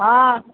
অঁ